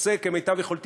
עושה כמיטב יכולתי,